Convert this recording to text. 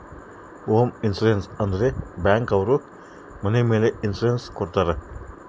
home insurance ಅಂದ್ರೆ bank ಅವ್ರು ಮನೆ ಮೇಲೆ ಇನ್ಸೂರೆನ್ಸ್ ಕೊಡ್ತಾರ